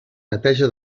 neteja